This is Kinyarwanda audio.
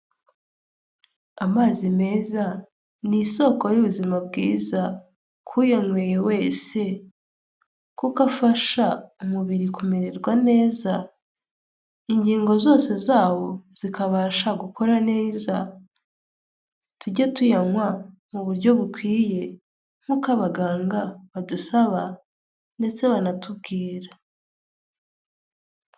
Amazi meza, ni isoko y'ubuzima bwiza ku uyanyweye wese, kuko afasha umubiri kumererwa neza, ingingo zose zawo zikabasha gukora neza, tujye tuyanywa mu buryo bukwiye nkuko abaganga badusaba ndetse banatubwira.